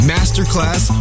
Masterclass